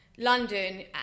London